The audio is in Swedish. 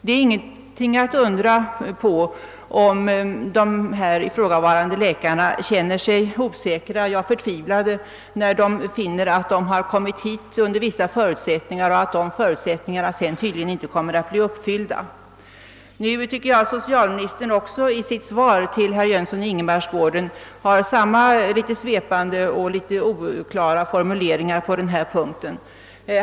Man bör inte förundra sig över om de ifrågavarande läkarna känner sig osäkra, ja, förtvivlade, när de, som kommit hit under vissa förutsättningar, finner att dessa tydligen inte kommer att bli uppfyllda. I sitt svar till herr Jönsson i Ingemarsgården använder socialministern litet svävande och oklara formuleringar på den här punkten.